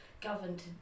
governed